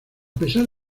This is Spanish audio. pesar